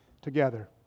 together